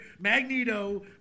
Magneto